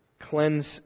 Cleanse